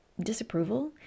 disapproval